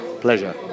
Pleasure